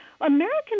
American